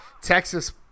Texas